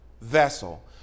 vessel